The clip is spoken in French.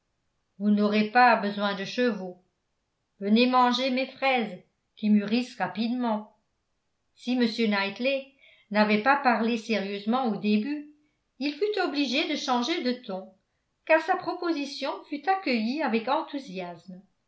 vous n'aurez pas besoin de chevaux venez manger mes fraises qui mûrissent rapidement si m knightley n'avait pas parlé sérieusement au début il fut obligé de changer de ton car sa proposition fut accueillie avec enthousiasme